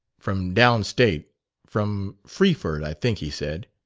from down state from freeford, i think he said.